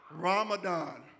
Ramadan